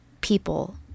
people